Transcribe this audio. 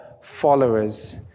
followers